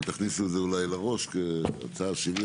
אבל תכניסו את זה אולי לראש כי זו הצעה שלי,